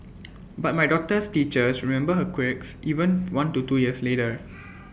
but my daughter's teachers remember her quirks even one to two years later